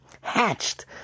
hatched